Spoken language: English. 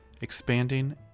expanding